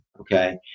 okay